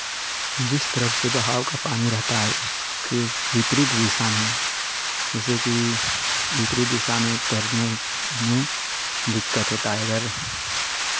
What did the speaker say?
जिस तरफ़ से बहाव का पानी रहता है उसके विपरीत दिशा में जैसे कि विपरीत दिशा में तैरने में दिक्कत होता है इधर